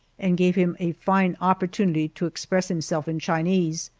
and gave him a fine opportunity to express himself in chinese.